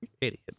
Idiot